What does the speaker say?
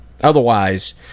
Otherwise